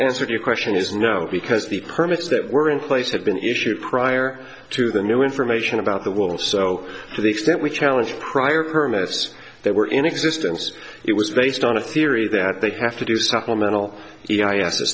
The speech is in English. answer your question is no because the permits that were in place have been issued prior to the new information about the wall so to the extent we challenged prior permits that were in exist it was based on a theory that they have to do some more mental e i a